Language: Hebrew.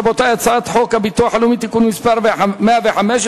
רבותי, הצעת חוק הביטוח הלאומי (תיקון מס' 115),